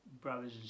brothers